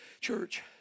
church